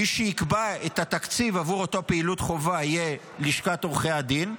מי שיקבע את התקציב עבור אותה פעילות חובה תהיה לשכת עורכי הדין,